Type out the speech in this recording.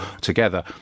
together